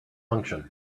function